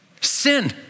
Sin